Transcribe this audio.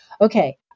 okay